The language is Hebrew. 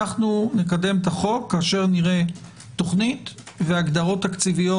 אנחנו נקדם את החוק כשנראה תוכנית והגדרות תקציביות